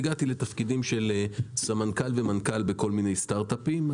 והגעתי לתפקידים של סמנכ"ל ומנכ"ל בכל מיני סטארט-אפים.